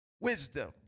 Wisdom